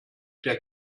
der